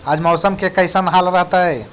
आज मौसम के कैसन हाल रहतइ?